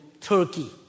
Turkey